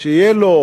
שתהיה לו